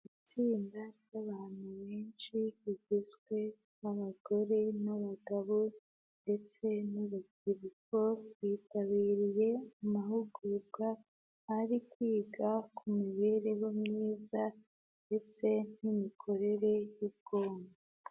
Itsinda ry'abantu benshi rigizwe n'abagore n'abagabo ndetse n'urubyiruko, bitabiriye amahugurwa ari kwiga ku mibereho myiza ndetse n'imikorere y'ubwonko.